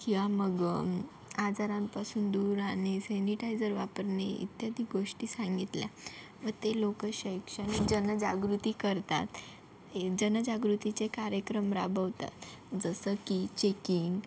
खिळा मग आजारांपासून दूर राहणे सेनिटायजर वापरणे इत्यादी गोष्टी सांगितल्या व ते लोक शैक्षणिक जनजागृती करतात जनजागृतीचे कार्यक्रम राबवतात जसं की चेकिंग